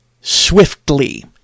Swiftly